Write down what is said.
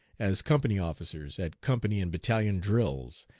as company officers at company and battalion drills,